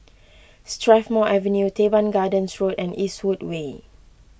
Strathmore Avenue Teban Gardens Road and Eastwood Way